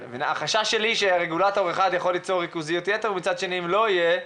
החשש שלי שרגולטור אחד יכול ליצור ריכוזיות יתר ומצד שני אם לא יהיה,